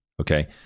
okay